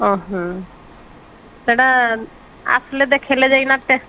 ଅ ହଁ ସେଟା ଆସିଲେ ଦେଖେଇଲେ ଯାଇନା